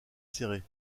serrées